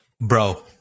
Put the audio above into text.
Bro